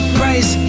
price